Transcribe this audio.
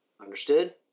Understood